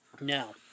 Now